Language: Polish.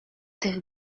tych